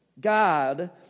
God